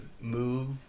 move